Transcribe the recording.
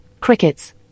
crickets